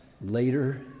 later